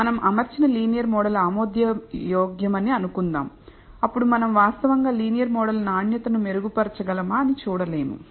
మనం అమర్చిన linear model ఆమోదయోగ్యమని అనుకుందాం అప్పుడు మనం వాస్తవంగా లీనియర్ మోడల్ నాణ్యతను మెరుగుపరచగలమా అని చూడలేము